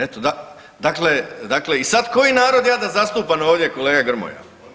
Eto, dakle, dakle i sad koji narod ja da zastupam ovdje kolega Grmoja?